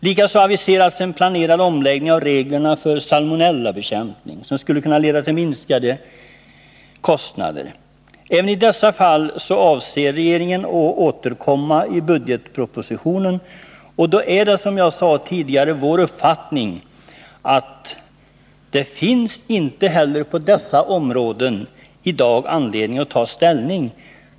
Likaså aviseras en omläggning av reglerna för salmonellabekämpning, vilket skulle kunna leda till minskade kostnader. Även i dessa fall avser regeringen att återkomma i budgetpropositionen, och därför är det som jag sade tidigare vår uppfattning att det inte finns anledning att i dag ta ställning till dessa frågor.